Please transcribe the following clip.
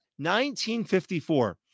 1954